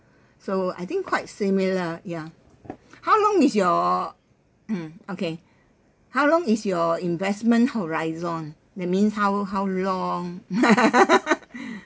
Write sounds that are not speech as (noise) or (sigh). so I think quite similar ya how long is your (coughs) okay how long is your investment horizon that means how how long (laughs) (laughs)